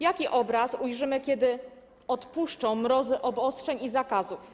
Jaki obraz ujrzymy, kiedy odpuszczą mrozy obostrzeń i zakazów?